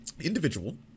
individual